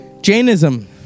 Jainism